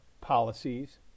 policies